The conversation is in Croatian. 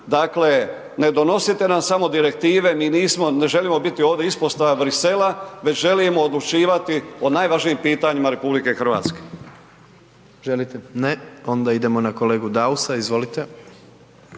Dakle, ne donosite nam samo direktive, mi nismo, ne želimo biti ovdje ispostava Bruxellesa, već želimo odlučivati o najvažnijim pitanjima RH.